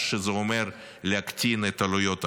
שזה אומר להקטין את עלויות החוב,